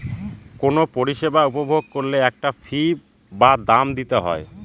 কোনো পরিষেবা উপভোগ করলে একটা ফী বা দাম দিতে হয়